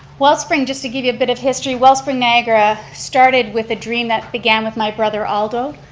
wellspring, just to give you a bit of history, wellspring niagara started with a dream that began with my brother, aldo,